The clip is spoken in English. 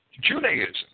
Judaism